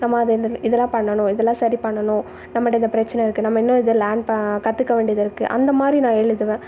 நம்ம அது இதல்லாம் பண்ணணும் இதல்லாம் சரி பண்ணணும் நம்மள்ட்ட இந்த பிரச்சனை இருக்குது நம்ம இன்னும் இதை லேர்ன் கற்றுக்க வேண்டியது இருக்குது அந்தமாதிரி நான் எழுதுவேன்